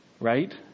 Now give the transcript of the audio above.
Right